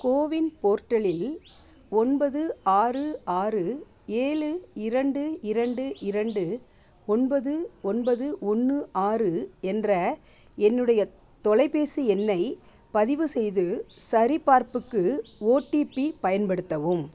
CoWIN போர்ட்டலில் ஒன்பது ஆறு ஆறு ஏழு இரண்டு இரண்டு இரண்டு ஒன்பது ஒன்பது ஒன்று ஆறு என்ற என்னுடைய தொலைபேசி எண்ணைப் பதிவு செய்து சரிபார்ப்புக்கு ஓடிபி பயன்படுத்தவும்